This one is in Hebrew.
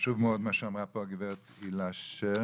חשוב מאוד מה שאמרה פה הגברת הילה שר.